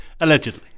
Allegedly